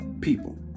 people